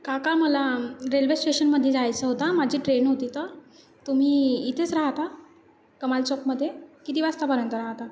काका मला रेल्वे स्टेशनमध्ये जायचं होतं माझी ट्रेन होती तर तुम्ही इथेच राहता कमाल चौकमध्ये किती वाजतापर्यंत राहता